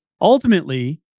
Ultimately